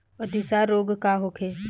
अतिसार रोग का होखे?